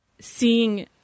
seeing